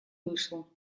вышло